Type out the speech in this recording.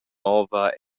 nova